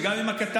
וגם אם הקטר,